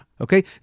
okay